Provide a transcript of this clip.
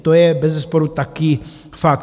To je bezesporu taky fakt.